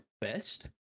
best